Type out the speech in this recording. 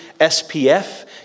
SPF